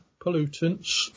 pollutants